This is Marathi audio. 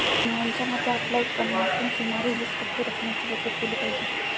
मोहनच्या मते, आपल्या उत्पन्नातून सुमारे वीस टक्के रक्कमेची बचत केली पाहिजे